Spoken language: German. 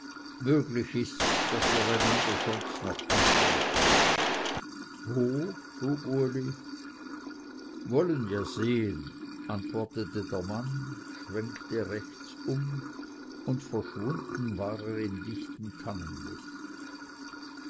möglich ists daß wir einander sonst noch antreffen wo frug uli wollen ja sehen antwortete der mann schwenkte rechts um und verschwunden war er im dichten